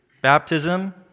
baptism